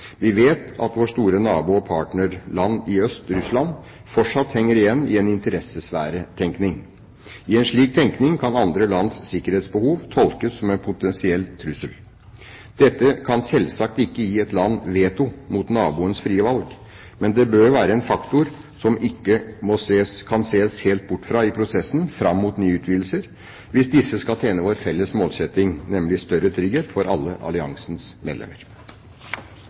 Vi vet at vårt store nabo- og partnerland i øst, Russland, fortsatt henger igjen i en interessesfæretenkning. I en slik tenkning kan andre lands sikkerhetsbehov tolkes som en potensiell trussel. Dette kan selvsagt ikke gi et land vetorett mot naboens frie valg. Men det bør være en faktor som ikke kan ses helt bort fra i prosessen fram mot nye utvidelser hvis disse skal tjene vår felles målsetting, nemlig større trygghet for alle alliansens medlemmer.